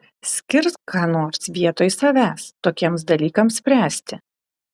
skirk ką nors vietoj savęs tokiems dalykams spręsti